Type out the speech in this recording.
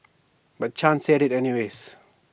but chan said IT anyways